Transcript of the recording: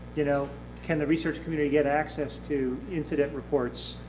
you know can the research community get access to incident reports?